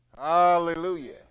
Hallelujah